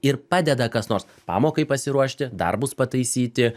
ir padeda kas nors pamokai pasiruošti darbus pataisyti